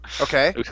Okay